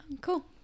cool